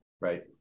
Right